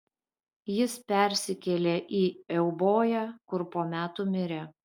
jis persikėlė į euboją kur po metų mirė